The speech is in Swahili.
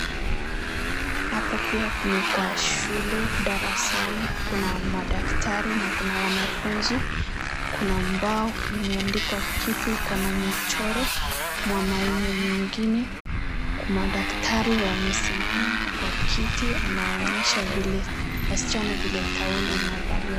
Hapa pia ni kwa shule, darasani, kuna madaktari na kuna wanafunzi. kuna mbao imeandikwa kitu iko na michoro. Mwanaume mwingine, kuma daktari wamesimama kwa kiti, anawaonyesha vile wasichana vile tauli inavaliwa.